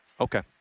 Okay